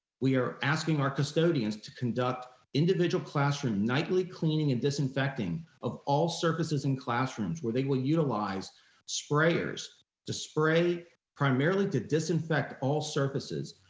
we are asking our custodians to conduct individual classroom nightly cleaning and disinfecting of all surfaces in classrooms where they will utilize sprayers to spray primarily to disinfect all surfaces,